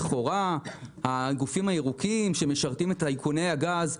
לגבי כך שלכאורה הגופים הירוקים משרתים את טייקוני הגז.